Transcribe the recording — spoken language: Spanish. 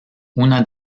una